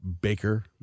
Baker